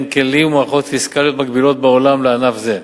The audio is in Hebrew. כלים ומערכות פיסקליות מקבילים בעולם לענף זה,